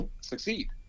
succeed